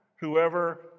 whoever